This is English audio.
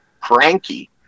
cranky